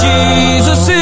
Jesus